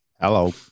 Hello